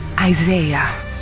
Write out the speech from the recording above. Isaiah